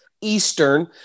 Eastern